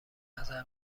نظر